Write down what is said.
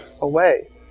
away